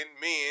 men